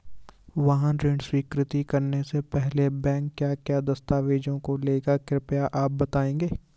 वाहन ऋण स्वीकृति करने से पहले बैंक क्या क्या दस्तावेज़ों को लेगा कृपया आप बताएँगे?